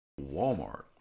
Walmart